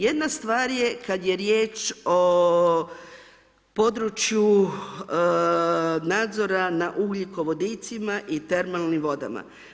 Jedna stvar je kada je riječ o području nadzora nad ugljikovodicima i termalnim vodama.